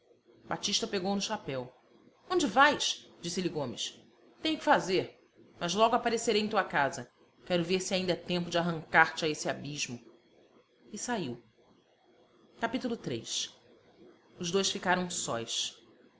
batista pegou no chapéu onde vais disse-lhe gomes tenho que fazer mas logo aparecerei em tua casa quero ver se ainda é tempo de arrancar te a esse abismo e saiu capítulo iii os dois ficaram sós